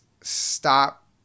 stop